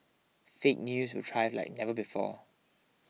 fake news will thrive like never before